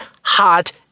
hot